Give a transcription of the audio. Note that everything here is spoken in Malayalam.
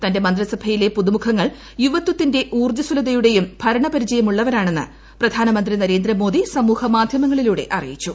തന്റെ മന്ത്രിസഭയിലെ പുതുമുഖങ്ങൾ യുവത്വത്തിന്റെ ഊർജ്ജസ്വലതയും ഭർണ്ച്രിചയം ഉള്ളവരാണെന്ന് പ്രധാനമന്ത്രി നരേന്ദ്രമോദി സമൂഹമാധ്യമങ്ങളിലൂടെ അറിയിച്ചു